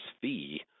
fee